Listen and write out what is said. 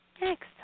Next